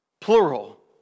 plural